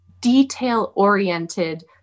detail-oriented